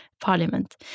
parliament